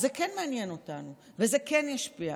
אז זה כן מעניין אותנו וזה כן ישפיע.